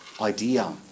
idea